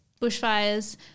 bushfires